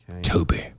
Toby